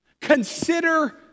consider